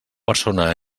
persona